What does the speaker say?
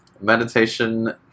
meditation